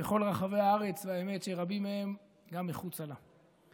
בכל רחבי הארץ, והאמת שרבים מהם גם מחוצה לה: